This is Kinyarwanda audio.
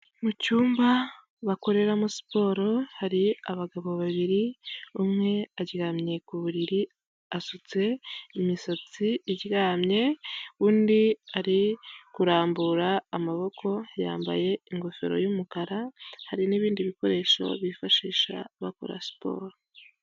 Mu cyumba bakoreramo siporo hari abagabo babiri umwe aryamye ku buriri, asutse imisatsi iryamye, undi ari kurambura amaboko yambaye ingofero y'umukara hari n'ibindi bikoresho bifashisha bakora siporo.